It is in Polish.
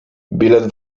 bilet